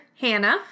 Hannah